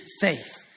faith